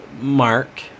mark